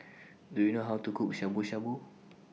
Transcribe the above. Do YOU know How to Cook Shabu Shabu